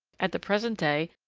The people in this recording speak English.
at the present day,